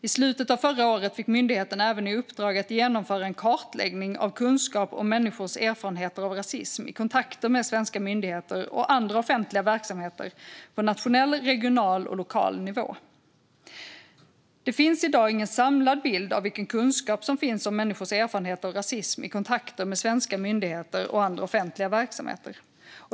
I slutet av förra året fick myndigheten även i uppdrag att genomföra en kartläggning av kunskap om människors erfarenheter av rasism i kontakter med svenska myndigheter och andra offentliga verksamheter på nationell, regional och lokal nivå. Det finns i dag ingen samlad bild av vilken kunskap som finns om människors erfarenheter av rasism i kontakter med svenska myndigheter och andra offentliga verksamheter.